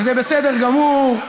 וזה בסדר גמור.